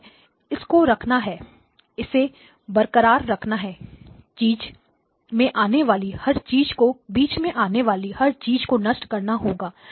अतः इसको रखना है इसे बरकरार रखना है बीच में आने वाली हर चीज को नष्ट करना होगा